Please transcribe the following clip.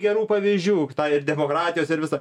gerų pavyzdžių tą ir demokratijos ir visa